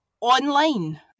online